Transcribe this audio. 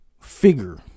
figure